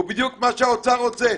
זה בדיוק מה שהאוצר רוצה,